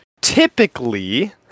typically